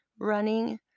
running